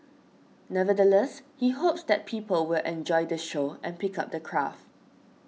nevertheless he hopes that people will enjoy the show and pick up the craft